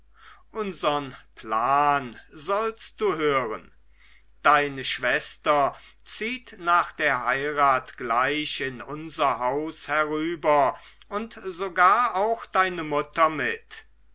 unsern plan sollst du hören deine schwester zieht nach der heirat gleich in unser haus herüber und sogar auch deine mutter mit